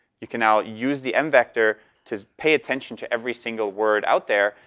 you can now use the m vector to pay attention to every single word out there,